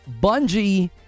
Bungie